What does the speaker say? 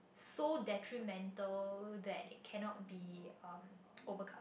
so detrimental that it cannot be um overcome